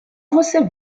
você